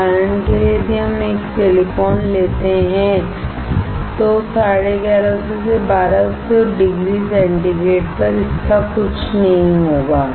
उदाहरण के लिए यदि हम एक सिलिकॉन लेते हैं तो 1150 से 1200 डिग्री सेंटीग्रेड पर इसका कुछ नहीं होगा